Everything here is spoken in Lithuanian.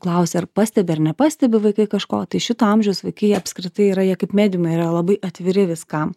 klausi ar pastebi ar nepastebi vaikai kažko tai šito amžiaus vaikai jie apskritai yra jie kaip mediumai yra labai atviri viskam